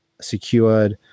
secured